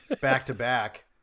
back-to-back